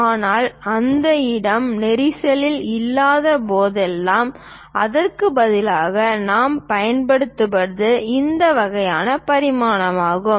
ஆனால் அந்த இடம் நெரிசலில் இல்லாத போதெல்லாம் அதற்கு பதிலாக நாம் பயன்படுத்துவது இந்த வகையான பரிமாணமாகும்